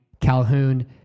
Calhoun